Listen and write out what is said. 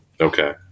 Okay